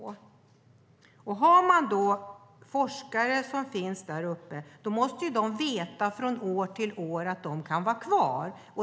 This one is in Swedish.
Om man då har forskare där uppe måste de veta från år till år att de kan vara kvar.